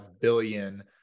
billion